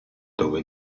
dove